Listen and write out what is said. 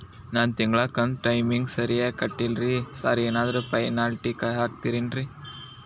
ನಾನು ತಿಂಗ್ಳ ಕಂತ್ ಟೈಮಿಗ್ ಸರಿಗೆ ಕಟ್ಟಿಲ್ರಿ ಸಾರ್ ಏನಾದ್ರು ಪೆನಾಲ್ಟಿ ಹಾಕ್ತಿರೆನ್ರಿ?